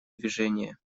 движение